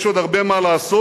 יש עוד הרבה מה לעשות